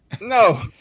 No